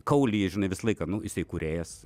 kaulija žinai visą laiką nu jisai kūrėjas